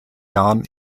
jahren